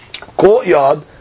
courtyard